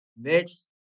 Next